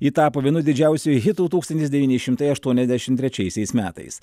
ji tapo vienu didžiausių hitų tūkstantis devyni šimtai aštuoniasdešimt trečiaisiais metais